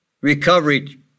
recovery